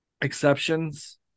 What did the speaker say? exceptions